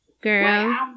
Girl